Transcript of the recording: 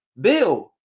bill